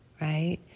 right